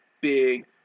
big